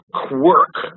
quirk